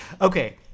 Okay